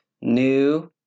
New